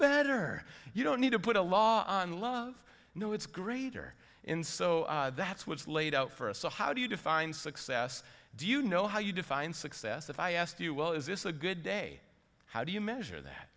better you don't need to put a law on love no it's greater in so that's what's laid out for us so how do you define success do you know how you define success if i ask you well is this a good day how do you measure that